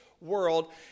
world